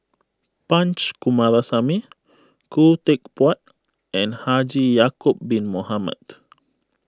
Punch Coomaraswamy Khoo Teck Puat and Haji Ya'Acob Bin Mohamed